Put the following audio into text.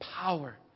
power